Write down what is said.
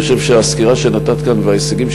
אני חושב שהסקירה שנתת כאן וההישגים